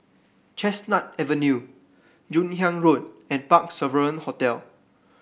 Chestnut Avenue Joon Hiang Road and Parc Sovereign Hotel